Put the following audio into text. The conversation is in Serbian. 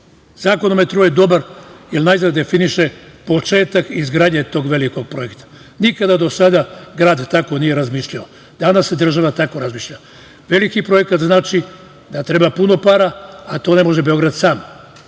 Zakon o metrou je dobar, jer najzad definiše početak izgradnje tog velikog projekta. Nikada do sada grad tako nije razmišljao. Danas država tako razmišlja. Veliki projekat znači da treba puno para, a to ne može Beograd sam.